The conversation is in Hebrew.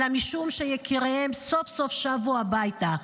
אלא משום שיקיריהם סוף-סוף שבו הביתה,